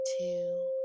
two